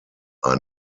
are